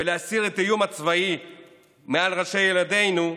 ולהסיר את האיום הצבאי מעל ראשי ילדינו,